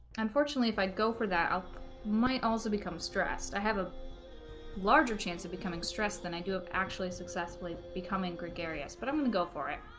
unfortunately if i go for that ah might also become stressed i have a larger chance of becoming stressed than i do actually successfully becoming gregarious but i'm gonna go for it